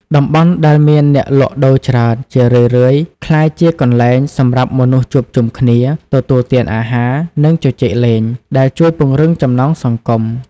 តំបន់ដែលមានអ្នកលក់ដូរច្រើន ជារឿយៗក្លាយជាកន្លែងសម្រាប់មនុស្សជួបជុំគ្នា ទទួលទានអាហារ និងជជែកលេង ដែលជួយពង្រឹងចំណងសង្គម ។